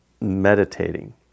meditating